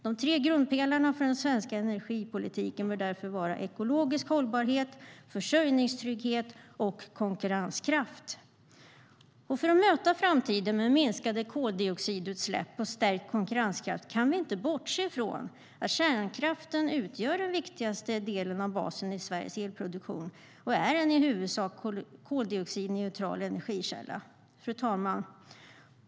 De tre grundpelarna för den svenska energipolitiken bör därför vara ekologisk hållbarhet, försörjningstrygghet och konkurrenskraft. Fru talman!